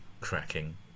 cracking